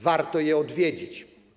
Warto je odwiedzić.